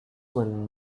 won